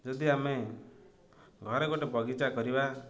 ଯଦି ଆମେ ଘରେ ଗୋଟେ ବଗିଚା କରିବା